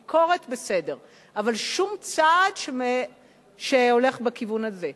ביקורת, בסדר, אבל שום צעד שהולך בכיוון הזה.